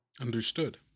Understood